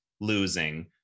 losing